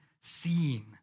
seeing